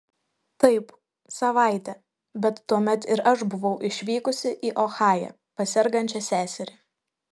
taip savaitę bet tuomet ir aš buvau išvykusi į ohają pas sergančią seserį